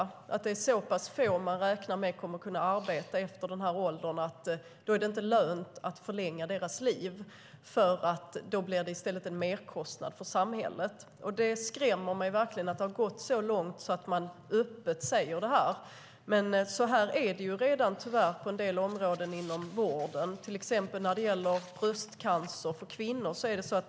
Man räknar med att det är så pass få som kommer att kunna arbeta efter den här åldern att det inte är lönt att förlänga deras liv, för då blir det i stället en merkostnad för samhället. Det skrämmer mig verkligen att det har gått så långt att man öppet säger det här. Men så är det tyvärr redan på en del områden inom vården, till exempel när det gäller bröstcancer för kvinnor.